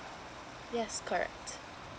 yes correct